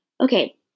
Okay